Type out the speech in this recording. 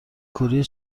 کوری